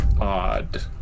odd